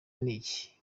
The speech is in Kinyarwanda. n’iki